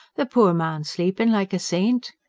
the pore man's sleeping like a saint.